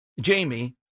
Jamie